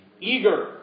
Eager